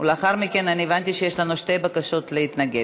לאחר מכן, אני הבנתי שיש לנו שתי בקשות להתנגד.